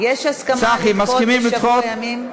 יש הסכמה לדחות בשבוע ימים?